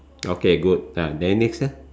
okay good ah then next leh